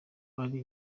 ari